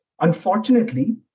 Unfortunately